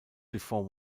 before